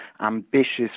ambitious